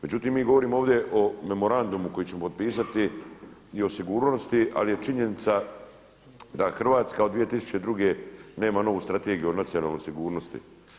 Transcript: Međutim, mi govorimo ovdje o memorandumu koji ćemo potpisati i o sigurnosti, ali je činjenica da Hrvatska od 2002. nema novu Strategiju o nacionalnoj sigurnosti.